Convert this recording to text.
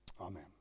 Amen